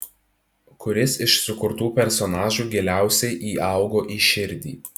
kuris iš sukurtų personažų giliausiai įaugo į širdį